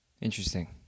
Interesting